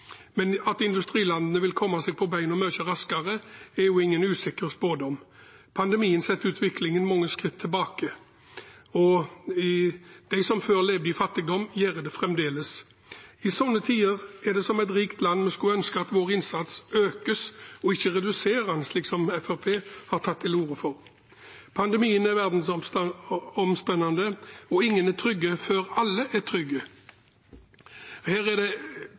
men at industrilandene vil komme seg på beina mye raskere, er jo ingen usikker spådom. Pandemien setter utviklingen mange skritt tilbake. De som før levde i fattigdom, gjør det fremdeles. I sånne tider skulle vi som et rikt land ønske at vår innsats økes og ikke reduseres, slik Fremskrittspartiet har tatt til orde for. Pandemien er verdensomspennende, og ingen er trygge før alle er trygge. Her er det